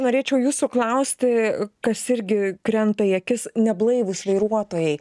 norėčiau jūsų klausti kas irgi krenta į akis neblaivūs vairuotojai